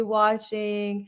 watching